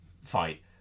fight